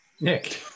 Nick